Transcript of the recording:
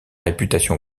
réputation